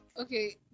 Okay